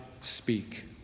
speak